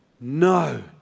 no